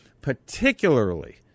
particularly